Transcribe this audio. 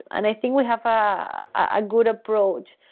and i think we have a good approach.